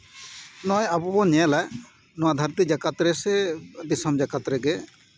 ᱱᱚᱜ ᱚᱭ ᱟᱵᱚᱵᱚᱱ ᱧᱮᱞᱟ ᱱᱚᱣᱟ ᱫᱷᱟᱹᱨᱛᱤ ᱡᱟᱠᱟᱛ ᱨᱮᱥᱮ ᱫᱤᱥᱚᱢ ᱡᱟᱠᱟᱛ ᱨᱮᱜᱮ